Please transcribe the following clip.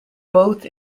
both